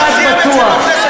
למה לתת למי שנכשל?